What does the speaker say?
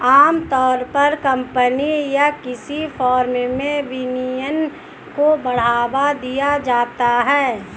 आमतौर पर कम्पनी या किसी फर्म में विनियमन को बढ़ावा दिया जाता है